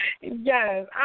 Yes